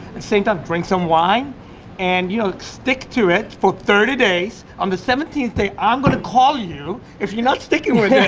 same time drink some wine and stick to it for thirty days on the seventeenth day i'm going to call you if you're not sticking with yeah it.